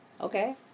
Okay